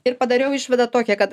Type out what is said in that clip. ir padariau išvadą tokia kad